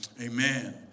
Amen